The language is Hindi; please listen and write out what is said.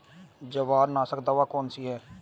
जवारनाशक दवा कौन सी है?